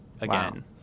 again